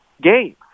Game